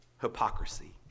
hypocrisy